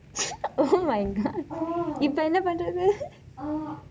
oh my god இப்போ என்ன பன்ற்து:ippo enna panrathu